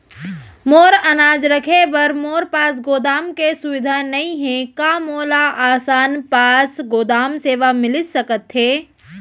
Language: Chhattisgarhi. मोर अनाज रखे बर मोर पास गोदाम के सुविधा नई हे का मोला आसान पास गोदाम सेवा मिलिस सकथे?